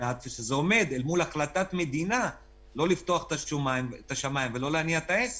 כשזה עומד אל מול החלטת מדינה לא לפתוח את השמים ולא להניע את העסק.